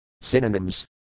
Synonyms